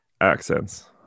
accents